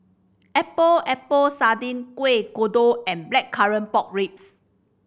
Epok Epok Sardin Kueh Kodok and Blackcurrant Pork Ribs